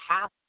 half